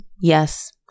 yes